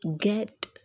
get